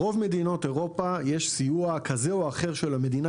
ברוב מדינות אירופה יש סיוע כזה או אחר של המדינה.